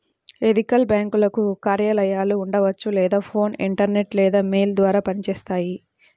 ethical బ్యేంకులకు కార్యాలయాలు ఉండవచ్చు లేదా ఫోన్, ఇంటర్నెట్ లేదా మెయిల్ ద్వారా పనిచేస్తాయి